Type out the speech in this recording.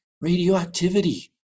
radioactivity